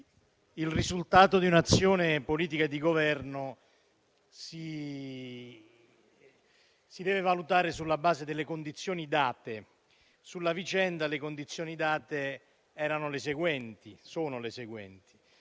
il risultato di un'azione politica di governo si deve valutare sulla base delle condizioni date e sulla vicenda le condizioni date sono le seguenti: una convenzione